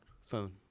phone